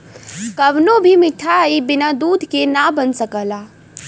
कवनो भी मिठाई बिना दूध के ना बन सकला